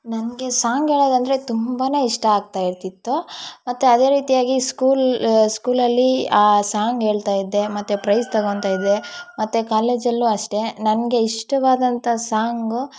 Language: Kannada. ನನಗೆ ಸಾಂಗ್ ಹೇಳೋದಂದ್ರೆ ತುಂಬಾ ಇಷ್ಟ ಆಗ್ತಾಯಿರ್ತಿತ್ತು ಮತ್ತು ಅದೇ ರೀತಿಯಾಗಿ ಸ್ಕೂಲ್ ಸ್ಕೂಲಲ್ಲಿ ಸಾಂಗ್ ಹೇಳ್ತಾ ಇದ್ದೆ ಮತ್ತು ಪ್ರೈಸ್ ತಗೊತಾ ಇದ್ದೆ ಮತ್ತು ಕಾಲೇಜಲ್ಲೂ ಅಷ್ಟೆ ನನಗೆ ಇಷ್ಟವಾದಂಥ ಸಾಂಗು